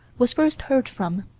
was first heard from.